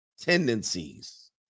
tendencies